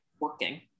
working